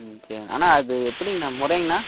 ம் சேரங்கண்ணா அண்ணா அது எப்படிங்கண்ணா முறைங்கண்ணா